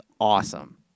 awesome